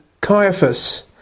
Caiaphas